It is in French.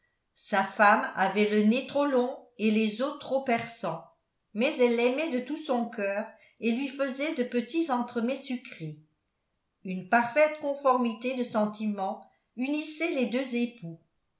sa femme avait le nez trop long et les os trop perçants mais elle l'aimait de tout son coeur et lui faisait de petits entremets sucrés une parfaite conformité de sentiments unissait les deux époux